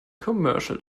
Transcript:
commercial